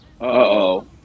Uh-oh